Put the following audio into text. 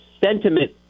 sentiment